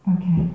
Okay